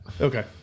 Okay